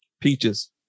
Peaches